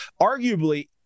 arguably